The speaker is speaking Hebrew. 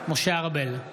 משה ארבל,